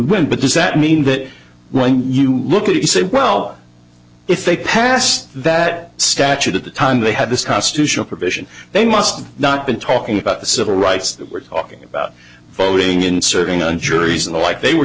when butt is that mean that when you look at it you say well if they passed that statute at the time they had this constitutional provision they must not be talking about the civil rights we're talking about voting in serving on juries and the like they were